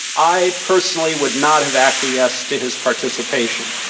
i personally would not have acquiesce to his participation.